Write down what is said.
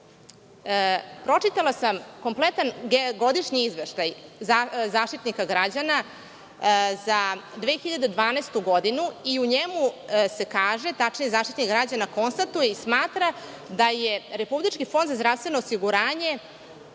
jeste. Pročitala sam kompletan godišnji izveštaj Zaštitnika građana za 2012. godinu, i u njemu se kaže, tačnije Zaštitnik građana konstatuje i smatra da je Republički fonda za zdravstveno osiguranje